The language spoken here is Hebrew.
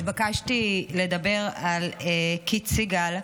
התבקשתי לדבר על קית' סיגל,